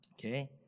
okay